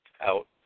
out